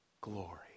glory